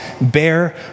bear